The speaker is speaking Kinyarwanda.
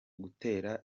gutera